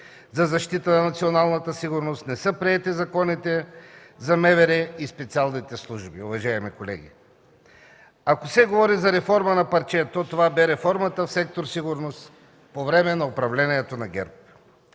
за защита на националната сигурност, не са приети законите за МВР и специалните служби, уважаеми колеги? Ако се говори за реформа на парче, то това бе реформата в сектор „Сигурност” по време на управлението на ГЕРБ.